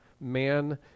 man